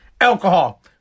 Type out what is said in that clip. Alcohol